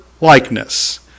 likeness